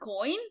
coin